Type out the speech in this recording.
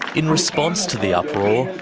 in response to the uproar,